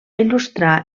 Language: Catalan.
il·lustrar